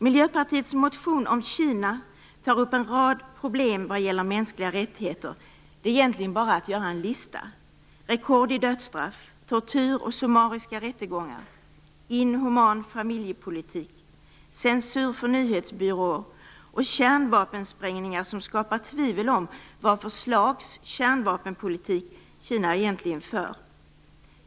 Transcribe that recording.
Miljöpartiets motion om Kina tar upp en rad problem som gäller mänskliga rättigheter. Det är egentligen bara att göra en lista: rekord i dödsstraff, tortyr och summariska rättegångar, inhuman familjepolitik, censur för nyhetsbyråer och kärnvapensprängningar som skapar tvivel om vad för slags kärnvapenpolitik Kina egentligen för.